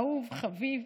אהוב וחביב,